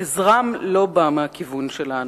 עזרם לא בא מהכיוון שלנו,